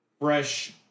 fresh